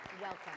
welcome